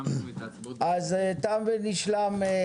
אז תם ונשלם.